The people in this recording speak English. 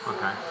Okay